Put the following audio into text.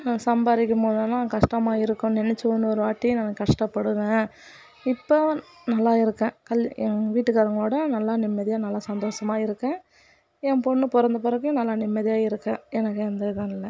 சம்பாதிக்கபோதெல்லா கஷ்டமாக இருக்கும் நினச்சி ஒரு வாட்டி கஷ்டப்படுவேன் இப்போது நல்லாயிருக்கேன் எங்கள் வீட்டுகாரங்களோட நல்லா நிம்மதியாக நல்லா சந்தோஷமாக இருக்கேன் என் பொண்ணு பிறந்த பிறகு நான் நிம்மதியாகதான் இருக்கேன் எனக்கு எந்த இதுவும் இல்லை